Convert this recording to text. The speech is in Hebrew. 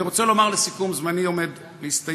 אני רוצה לומר לסיכום, זמני עומד להסתיים,